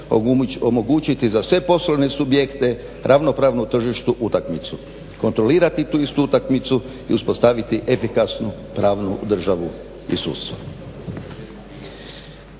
omogućiti za sve poslovne subjekte ravnopravno tržišnu utakmicu, kontrolirati tu istu utakmicu i uspostaviti efikasnu pravnu državu i sustav.